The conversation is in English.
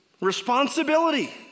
responsibility